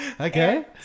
Okay